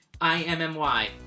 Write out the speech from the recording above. I-M-M-Y